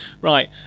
right